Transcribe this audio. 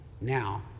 Now